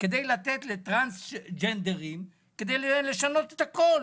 כדי לתת לטרנסג'נדרים כדי לשנות את הקול